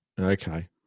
Okay